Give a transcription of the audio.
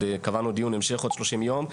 וקבענו גם דיון המשך בעוד 30 ימים,